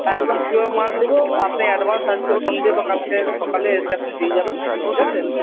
একদম পিওর মাল দেবো আপনি অ্যাডভান্স আজকে সন্ধে বা কালকে সকালে এসে আপনি দিয়ে যাবেন ঠিক আছে